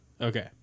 Okay